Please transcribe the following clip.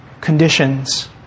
Conditions